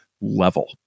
level